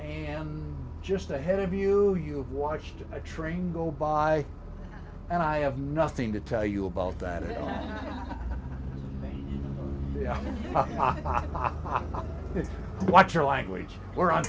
and just ahead of you you have watched a train go by and i have nothing to tell you about that it hahaha watch your language we're on